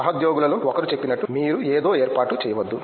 సహోద్యోగులలో ఒకరు చెప్పినట్లు మీరు ఏదో ఏర్పాటు చేయవద్దు